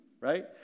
right